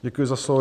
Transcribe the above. Děkuji za slovo.